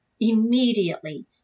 immediately